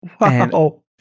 wow